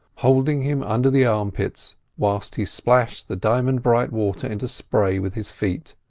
holding him under the armpits whilst he splashed the diamond-bright water into spray with his feet,